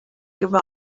give